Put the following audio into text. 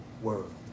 world